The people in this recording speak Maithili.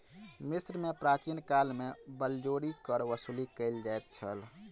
मिस्र में प्राचीन काल में बलजोरी कर वसूली कयल जाइत छल